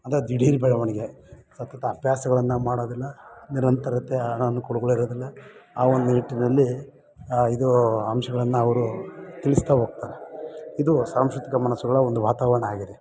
ಅಂದರೆ ದಿಢೀರ್ ಬೆಳವಣಿಗೆ ಸತತ ಅಭ್ಯಾಸಗಳನ್ನು ಮಾಡೋದಿಲ್ಲ ನಿರಂತರತೆ ಅನಾನುಕೂಲಗಳು ಇರೋದಿಲ್ಲ ಆ ಒಂದು ನಿಟ್ಟಿನಲ್ಲಿ ಇದು ಅಂಶಗಳನ್ನ ಅವರು ತಿಳಿಸ್ತಾ ಹೋಗ್ತಾರೆ ಇದು ಸಾಂಸ್ಕೃತಿಕ ಮನಸ್ಸುಗಳ ಒಂದು ವಾತಾವರಣ ಆಗಿದೆ